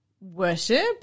Worship